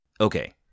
Okay